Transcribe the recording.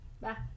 Bye